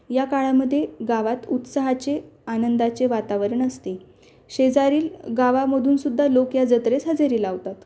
या काळामध्ये गावात उत्साहाचे आनंदाचे वातावरण असते शेजारील गावामधून सुद्धा लोक या जत्रेस हजेरी लावतात